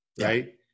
Right